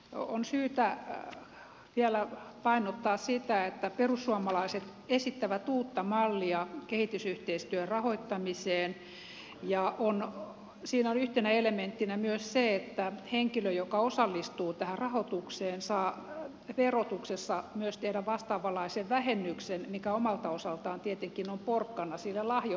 on syytä vielä painottaa sitä että perussuomalaiset esittävät uutta mallia kehitysyhteistyön rahoittamiseen ja siinä on yhtenä elementtinä myös se että henkilö joka osallistuu tähän rahoitukseen saa verotuksessa myös tehdä vastaavanlaisen vähennyksen mikä omalta osaltaan tietenkin on porkkana sille lahjoittamiselle